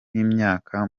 w’imyaka